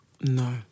No